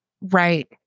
Right